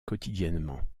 quotidiennement